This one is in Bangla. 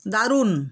দারুণ